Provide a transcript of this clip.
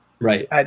Right